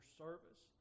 service